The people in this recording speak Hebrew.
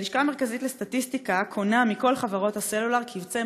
הלשכה המרכזית לסטטיסטיקה קונה מכל חברות הסלולר קובצי